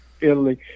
Italy